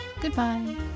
goodbye